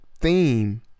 theme